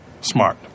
Smart